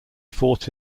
fought